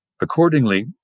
Accordingly